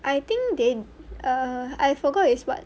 I think they err I forgot is what